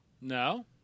no